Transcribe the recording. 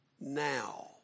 now